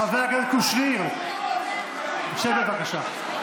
חבר הכנסת קושניר, שב, בבקשה.